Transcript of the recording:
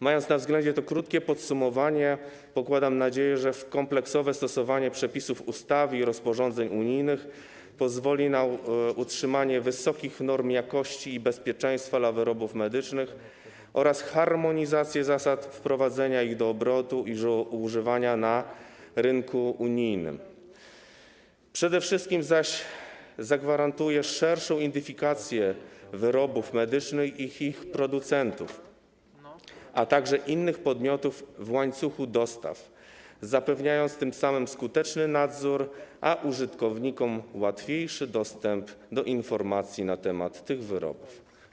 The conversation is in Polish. Mając na względzie to krótkie podsumowanie, pokładam nadzieje, że kompleksowe stosowanie przepisów ustawy i rozporządzeń unijnych pozwoli na utrzymanie wysokich norm jakości i bezpieczeństwa w przypadku wyrobów medycznych oraz harmonizację zasad wprowadzania ich do obrotu i używania na rynku unijnym, przede wszystkim zaś zagwarantuje szerszą identyfikację wyrobów medycznych i ich producentów, a także innych podmiotów w łańcuchu dostaw, zapewniając tym samym skuteczny nadzór, a użytkownikom - łatwiejszy dostęp do informacji na temat tych wyrobów.